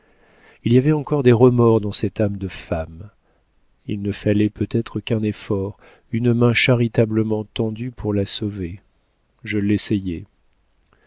il y avait encore des remords dans cette âme de femme il ne fallait peut-être qu'un effort une main charitablement tendue pour la sauver je l'essayai